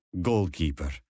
goalkeeper